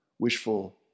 wishful